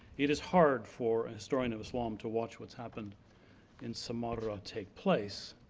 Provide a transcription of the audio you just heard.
it is hard for a historian of islam to watch what's happened in samarra take place.